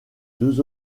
deux